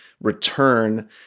return